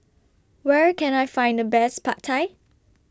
Where Can I Find The Best Pad Thai